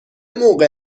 موقع